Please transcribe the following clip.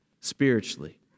spiritually